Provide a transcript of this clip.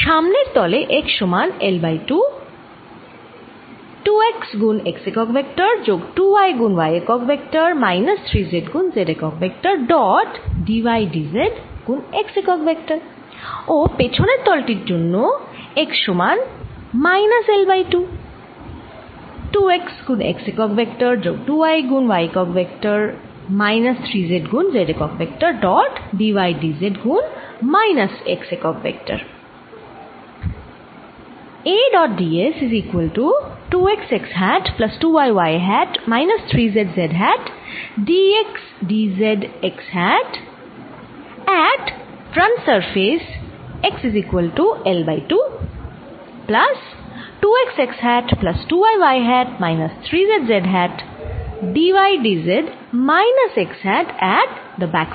সামনের তলে x সমান L বাই 2 2 x গুণ x একক ভেক্টর যোগ 2 y গুণ y একক ভেক্টর মাইনাস 3 z গুণ z একক vector dot d y d z গুণ x একক ভেক্টর ও পেছনের তল টির জন্য x সমান মাইনাস L বাই 2 2 x গুণ x একক ভেক্টর যোগ 2 y গুণ y একক ভেক্টর মাইনাস 3 z গুণ z একক vector dot d y d z গুণ মাইনাস x একক ভেক্টর